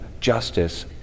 justice